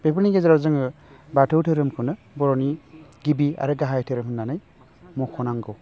बेफोरनि गेजेराव जोङो बाथौ धोरोमखौनो बर'नि गिबि आरो गाहाइ धोरोम होननानै मखनांगौ